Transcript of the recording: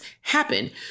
happen